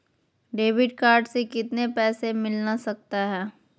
Debit card से कितने पैसे मिलना सकता हैं?